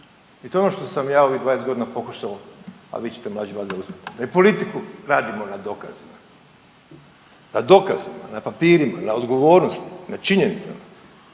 i to je nešto što sam ja u ovih 20 godina pokušao, a vi ćete mlađi valjda uspjeti. Jer politiku radimo na dokazima, na dokazima, na papirima, na odgovornosti, na činjenicama,